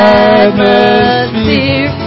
atmosphere